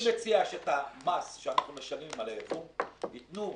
אני מציע שאת המס שאנחנו משלימים על הייבוא ייתנו,